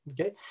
okay